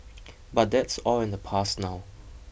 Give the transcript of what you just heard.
but that's all in the past now